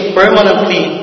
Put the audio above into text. permanently